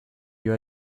you